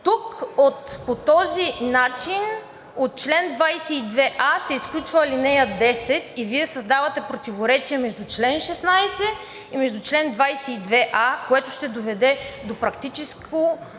Тук по този начин от чл. 22а се изключва ал. 10 и Вие създавате противоречие между чл. 16 и между чл. 22а, което ще доведе до практическа